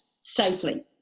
safely